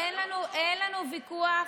אין לנו ויכוח.